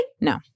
No